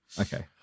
okay